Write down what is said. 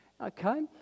okay